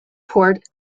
port